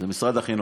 זה משרד החינוך.